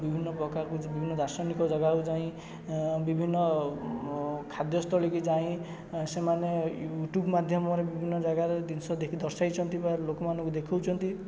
ବିଭିନ୍ନ ପ୍ରକାର ବିଭିନ୍ନ ଦାର୍ଶନିକ ଜାଗାକୁ ଯାଇଁ ବିଭିନ୍ନ ଖାଦ୍ୟସ୍ଥଳୀକୁ ଯାଇଁ ସେମାନେ ୟୁଟ୍ୟୁବ୍ ମାଧ୍ୟମରେ ବିଭିନ୍ନ ଜାଗାର ଜିନିଷ ଦର୍ଶାଇଛନ୍ତି ବା ଲୋକମାନଙ୍କୁ ଦେଖାଉଛନ୍ତି